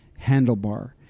handlebar